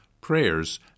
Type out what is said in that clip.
prayers